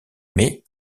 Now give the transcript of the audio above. mais